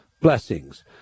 Blessings